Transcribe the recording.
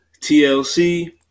TLC